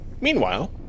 Meanwhile